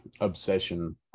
obsession